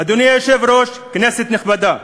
אדוני היושב-ראש, כנסת נכבדה,